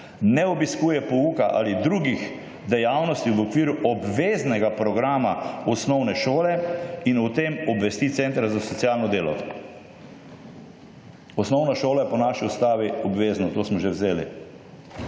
ne obiskuje pouka ali drugih dejavnosti v okviru obveznega programa osnovne šole in o tem obvesti Center za socialno delo. Osnovna šola je po naši Ustavi obvezna. To smo že vzeli.